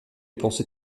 penser